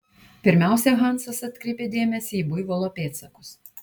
pirmiausia hansas atkreipė dėmesį į buivolo pėdsakus